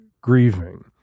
grieving